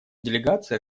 делегация